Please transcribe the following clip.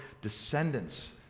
descendants